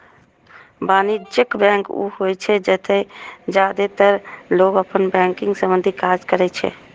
वाणिज्यिक बैंक ऊ होइ छै, जतय जादेतर लोग अपन बैंकिंग संबंधी काज करै छै